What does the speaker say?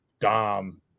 Dom